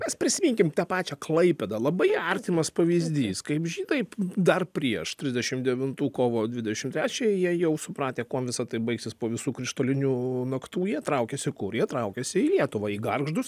mes prisiminkim tą pačią klaipėdą labai artimas pavyzdys kaip žydai dar prieš trisdešim devintų kovo dvidešim trečiąją jie jau supratę kuom visa tai baigsis po visų krištolinių naktų jie traukėsi kur jie traukėsi į lietuvą į gargždus